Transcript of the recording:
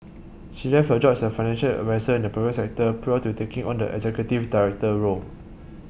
she left her job as a financial adviser in the private sector prior to taking on the executive director role